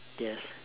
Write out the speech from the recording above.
yes